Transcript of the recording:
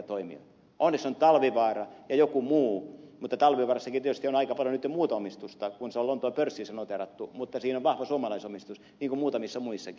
onneksi on talvivaara ja joku muu mutta talvivaarassakin tietysti on aika paljon nyt jo muuta omistusta kun se on lontoon pörssissä noteerattu mutta siinä on vahva suomalaisomistus niin kuin muutamissa muissakin